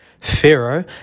Pharaoh